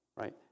right